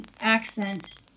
accent